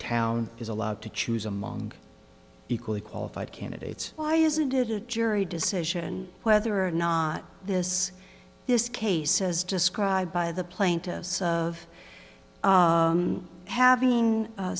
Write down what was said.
town is allowed to choose among equally qualified candidates why isn't it a jury decision whether or not this this case says described by the plaintiff of having a